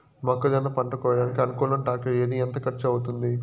మొక్కజొన్న పంట కోయడానికి అనుకూలం టాక్టర్ ఏది? ఎంత ఖర్చు అవుతుంది?